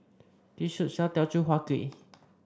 this shop sells Teochew Huat Kuih